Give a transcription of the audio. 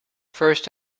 first